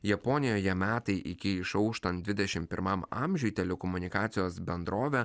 japonijoje metai iki išauštant dvidešimt pirmam amžiui telekomunikacijos bendrovė